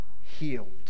healed